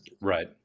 right